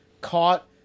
caught